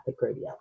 Radio